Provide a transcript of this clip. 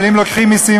אבל אם לוקחים מסים,